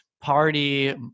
party